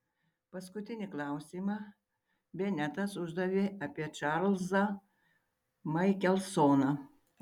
paskutinį klausimą benetas uždavė apie čarlzą maikelsoną